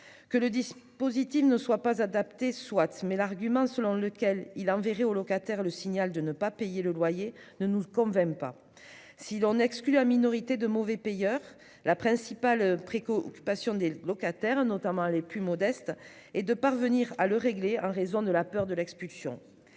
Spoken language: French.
Que le dispositif ne soit pas adapté, soit ! Mais l'argument selon lequel il enverrait au locataire le signal de ne pas payer le loyer ne nous a pas convaincus. Si l'on exclut une minorité de mauvais payeurs, la principale préoccupation des locataires et notamment des plus modestes d'entre eux est de parvenir à régler le loyer, par peur de l'expulsion.